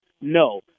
no